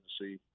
see